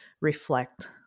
reflect